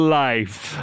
life